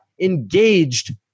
engaged